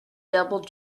double